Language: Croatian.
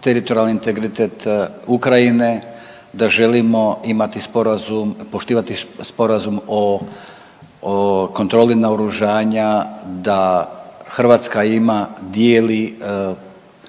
teritorijalni integritet Ukrajine, da želimo imati sporazum, poštivati sporazum o kontroli naoružanja, da Hrvatska ima, dijeli